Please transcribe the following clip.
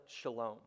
shalom